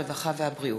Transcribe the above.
הרווחה והבריאות.